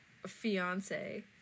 fiance